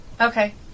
Okay